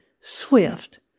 Swift